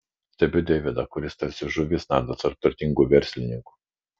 stebiu deividą kuris tarsi žuvis nardo tarp turtingų verslininkų